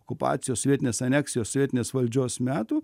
okupacijos sovietinės aneksijos sovietinės valdžios metų